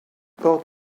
port